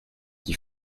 qui